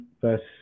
first